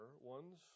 one's